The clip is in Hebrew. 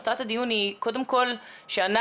מטרת הדיון היא קודם כל שאנחנו,